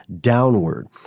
downward